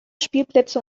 spielplätze